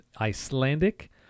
Icelandic